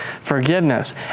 forgiveness